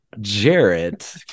Jarrett